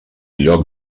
lloc